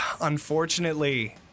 Unfortunately